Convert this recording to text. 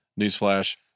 newsflash